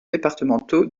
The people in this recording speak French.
départementaux